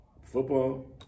football